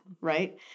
right